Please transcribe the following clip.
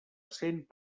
cent